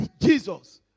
Jesus